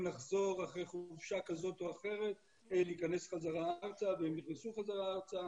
לחזור אחרי חופשה כזאת או אחרת להיכנס חזרה ארצה והם נכנסו חזרה ארצה,